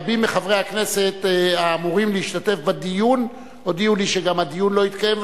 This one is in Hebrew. רבים מחברי הכנסת האמורים להשתתף בדיון הודיעו לי שגם הדיון לא יתקיים.